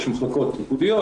שם יש מחלקות לכך,